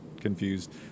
confused